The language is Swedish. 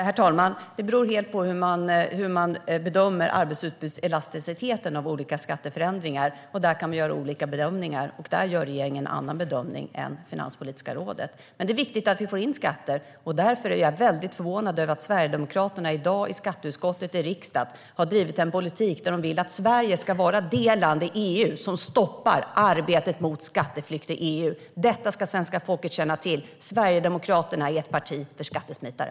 Herr talman! Det beror helt på hur man bedömer arbetsutbudselasticiteten av olika skatteförändringar. Där kan vi göra olika bedömningar. Där gör regeringen en annan bedömning än Finanspolitiska rådet. Det är viktigt att vi får in skatter. Därför är jag väldigt förvånad över att Sverigedemokraterna i dag i skatteutskottet i riksdagen har drivit en politik där man vill att Sverige ska vara det land i EU som stoppar arbetet mot skatteflykt i EU. Detta ska svenska folket känna till! Sverigedemokraterna är ett parti för skattesmitare.